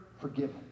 forgiven